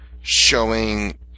showing